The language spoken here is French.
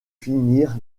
finir